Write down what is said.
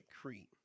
Crete